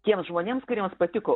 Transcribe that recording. tiems žmonėms kuriems patiko